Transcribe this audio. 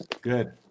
Good